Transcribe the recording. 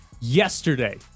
yesterday